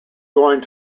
going